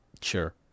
Sure